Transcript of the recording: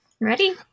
Ready